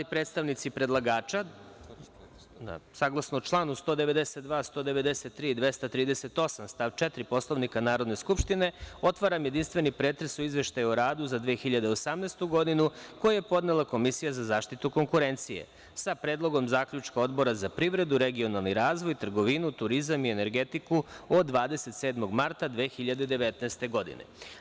Saglasno članu 192, 193. i 238. stav 4. Poslovnika Narodne skupštine, otvaram jedinstveni pretres o Izveštaju o radu za 2018. godinu, koji je podnela Komisija za zaštitu konkurencije, sa predlogom zaključka Odbora za privredu, regionalni razvoj, trgovinu, turizam i energetiku od 27. marta 2019. godine.